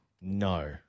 No